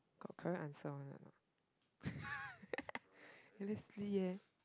got correct answer [one] or not eh let's see eh